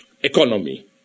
economy